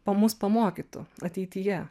pa mus pamokytų ateityje